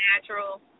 natural